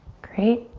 great,